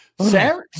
Sarah